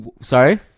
sorry